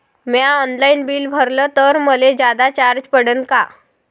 म्या online bill भरलं तर मले जादा चार्ज पडन का?